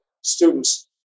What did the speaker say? students